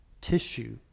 tissue